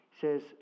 says